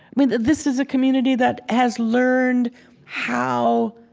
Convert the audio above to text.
mean, this is a community that has learned how